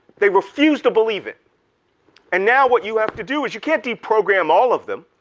they refuse to believe it and now what you have to do is you can't deprogram all of them.